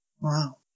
Wow